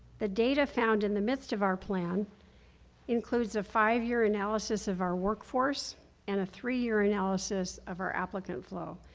the data found in the midst of our plan includes a five analysis of our workforce and a three year analysis of our applicant flow.